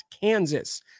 Kansas